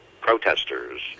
protesters